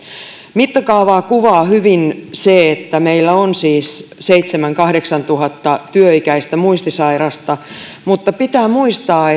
mittakaavaa kuvaa hyvin se että meillä on siis seitsemäntuhatta viiva kahdeksantuhatta työikäistä muistisairasta mutta pitää muistaa